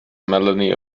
melanie